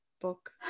book